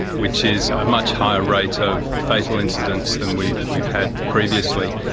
which is a much higher rate of fatal incidents than we've we've had previously.